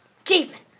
achievement